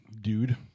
dude